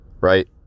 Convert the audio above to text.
right